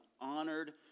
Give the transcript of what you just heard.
honored